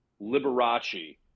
Liberace